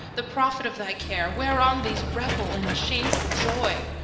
the profit of thy care, whereon these revel in a shameful joy.